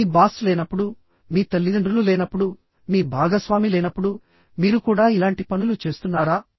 మీ boss లేనప్పుడు మీ తల్లిదండ్రులు లేనప్పుడు మీ భాగస్వామి లేనప్పుడు మీరు కూడా ఇలాంటి పనులు చేస్తున్నారా